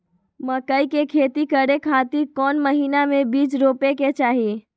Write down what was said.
मकई के खेती करें खातिर कौन महीना में बीज रोपे के चाही?